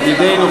ידידנו,